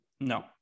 No